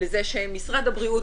לזה שמשרד הבריאות,